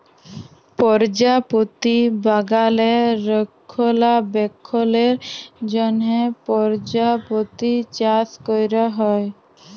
পরজাপতি বাগালে রক্ষলাবেক্ষলের জ্যনহ পরজাপতি চাষ ক্যরা হ্যয়